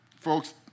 folks